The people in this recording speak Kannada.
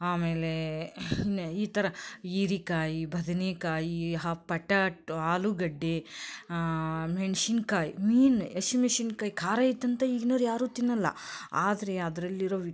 ಆಮೇಲೆ ಇನ್ನೂ ಈ ಥರ ಹೀರಿಕಾಯಿ ಬದನೆಕಾಯಿ ಹ ಪಟಾಟ್ ಆಲೂಗಡ್ಡೆ ಮೆಣ್ಸಿನ್ಕಾಯ್ ಮೇನ್ ಹಶಿ ಮೆಣ್ಶಿನ್ಕಾಯ್ ಖಾರ ಇತ್ತು ಅಂತ ಈಗಿನೋರು ಯಾರೂ ತಿನ್ನೋಲ್ಲ ಆದರೆ ಅದ್ರಲ್ಲಿರೋ